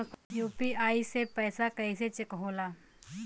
UPI से पैसा कैसे चेक होला?